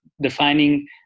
defining